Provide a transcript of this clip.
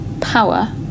power